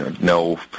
no